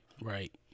Right